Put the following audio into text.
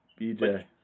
BJ